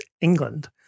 England